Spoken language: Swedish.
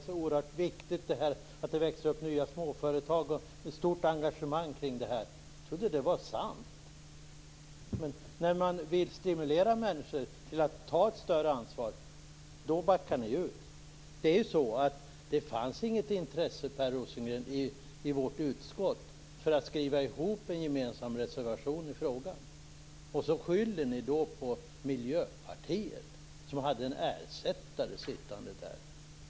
Det är så oerhört viktigt att det växer upp nya småföretag. Man har ett stort engagemang kring detta. Jag trodde att det var sant. Men när man vill stimulera människor att ta ett större ansvar backar ni ur. Det fanns inget intresse, Per Rosengren, i vårt utskott för att skriva en gemensam reservation i frågan. Sedan skyller ni på Miljöpartiet, som hade en ersättare sittande där.